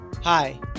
Hi